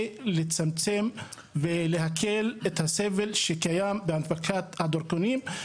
לצמצם ולהקל על הסבל שקיים בהנפקת הדרכונים.